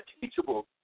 teachable